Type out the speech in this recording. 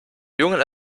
jungen